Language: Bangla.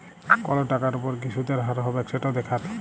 কল টাকার উপর কি সুদের হার হবেক সেট দ্যাখাত